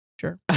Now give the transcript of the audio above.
sure